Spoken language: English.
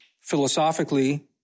philosophically